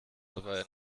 aber